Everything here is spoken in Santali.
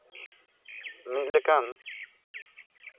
ᱢᱤᱫ ᱞᱮᱠᱟᱱ